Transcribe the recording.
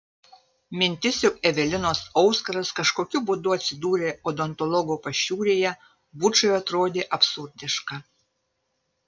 mintis jog evelinos auskaras kažkokiu būdu atsidūrė odontologo pašiūrėje bučui atrodė absurdiška